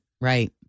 Right